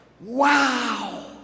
wow